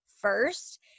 first